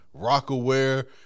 RockAware